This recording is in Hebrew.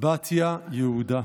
בתיה יהודה,